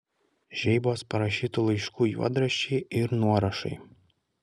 žeibos parašytų laiškų juodraščiai ir nuorašai